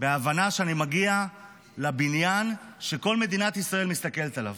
בהבנה שאני מגיע לבניין שכל מדינת ישראל מסתכלת עליו.